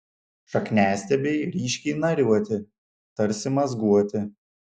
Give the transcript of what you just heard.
šakniastiebiai ryškiai nariuoti tarsi mazguoti